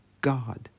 God